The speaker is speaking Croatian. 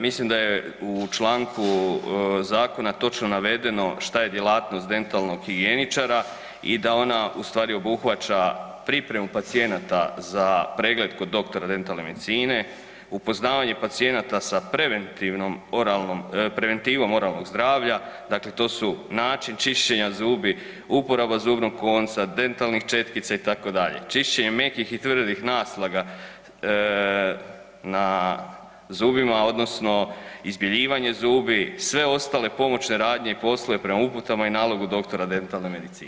Mislim da je u članku Zakona točno navedeno što je djelatnost dentalnog higijeničara i da ona ustvari obuhvaća pripremu pacijenata za pregled kod doktora dentalne medicine, upoznavanje pacijenata sa preventivnom oralnom, preventivom oralnog zdravlja, dakle to su način čišćenja zubi, uporaba zubnog konca, dentalnih četkica, itd., čišćenje mekih i tvrdih naslaga na zubima, odnosno izbjeljivanje zubi, sve ostale pomoćne radnje i poslove prema uputama i nalogu doktora dentalne medicine.